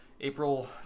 April